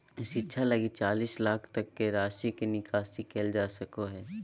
शिक्षा लगी चालीस लाख तक के राशि के निकासी करल जा सको हइ